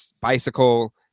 bicycle